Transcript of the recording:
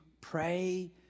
pray